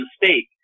mistake